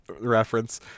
reference